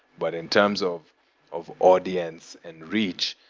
but in terms of of audience and reach,